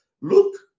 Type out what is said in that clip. look